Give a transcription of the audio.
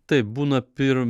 taip būna pir